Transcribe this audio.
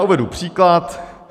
Uvedu příklad.